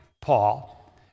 Paul